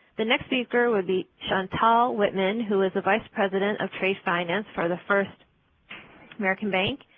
the next speaker will be chantal wittman, who is a vice president of trade finance for the first american bank.